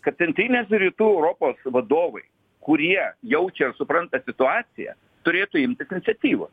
kad centrinės ir rytų europos vadovai kurie jaučia ir supranta situaciją turėtų imtis iniciatyvos